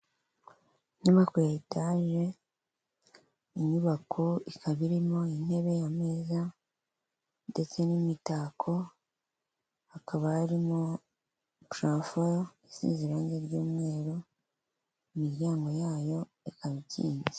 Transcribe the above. Inyubako ya etaje, inyubako ikaba irimo intebe, ameza ndetse n'imitako, hakaba harimo parafo, isize irange ry'umweru, imiryango yayo ikaba ikinze.